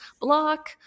block